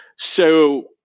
so,